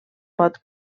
pot